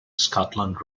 scotland